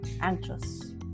anxious